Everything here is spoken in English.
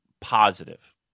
positive